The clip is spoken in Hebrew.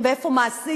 ומדברים, ואיפה מעשים?